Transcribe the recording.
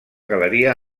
galeria